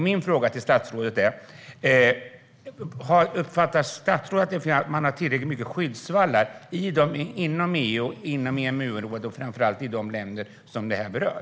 Min fråga till statsrådet är: Uppfattar statsrådet att man har tillräckligt mycket skyddsvallar inom EU och EMU-området, framför allt i de länder som det här berör?